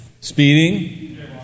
Speeding